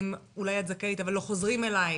אולי את זכאית אבל לא חוזרים אליך.